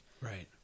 Right